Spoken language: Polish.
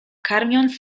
karmiąc